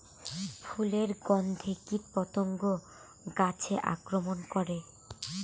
ফুলের গণ্ধে কীটপতঙ্গ গাছে আক্রমণ করে?